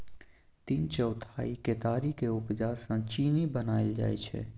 तीन चौथाई केतारीक उपजा सँ चीन्नी बनाएल जाइ छै